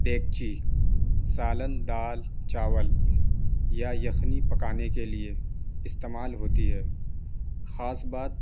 دیگچی سالن دال چاول یا یخنی پکانے کے لیے استعمال ہوتی ہے خاص بات